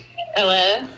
Hello